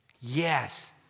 Yes